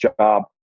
job